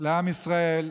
לעם ישראל,